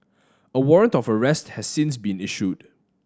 a warrant of arrest has since been issued